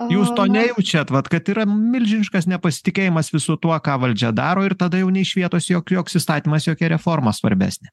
jūs to nejaučiat vat kad yra milžiniškas nepasitikėjimas visu tuo ką valdžia daro ir tada jau nė iš vietos jok joks įstatymas jokia reforma svarbesnė